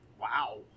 Wow